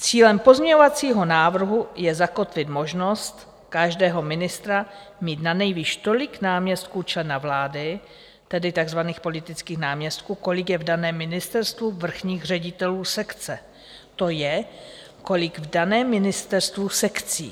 Cílem pozměňovacího návrhu je zakotvit možnost každého ministra mít nanejvýš tolik náměstků člena vlády, tedy takzvaných politických náměstků, kolik je v daném ministerstvu vrchních ředitelů sekce, to je, kolik je v daném ministerstvu sekcí.